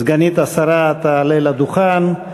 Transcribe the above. סגנית השר תעלה לדוכן,